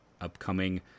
upcoming